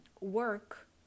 work